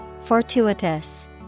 Fortuitous